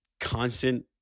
Constant